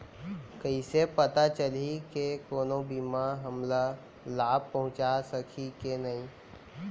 कइसे पता चलही के कोनो बीमा हमला लाभ पहूँचा सकही के नही